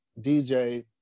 DJ